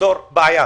לפתור בעיה.